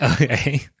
Okay